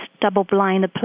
double-blind